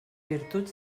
virtuts